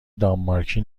دانمارکی